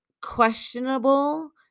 questionable